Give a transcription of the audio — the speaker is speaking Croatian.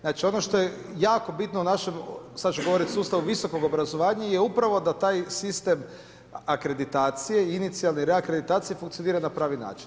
Znači ono što je jako bitno u našem, sad ću govoriti sustavu visokog obrazovanja je upravo da taj sistem, akreditacije i inicijalni rad akreditacije funkcionira na pravi način.